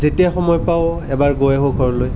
যেতিয়া সময় পাওঁ এবাৰ গৈ আহোঁ ঘৰলৈ